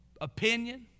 opinion